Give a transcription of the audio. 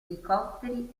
elicotteri